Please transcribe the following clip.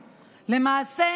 למעשה,